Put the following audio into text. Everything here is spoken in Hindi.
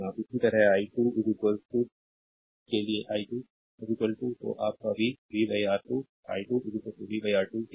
इसी तरह i2 के लिए i2 तो आप का v v R2 i2 v R2 के लिए